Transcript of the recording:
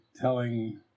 telling